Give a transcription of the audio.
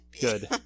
Good